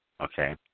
Okay